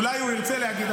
אולי הוא ירצה להגיד,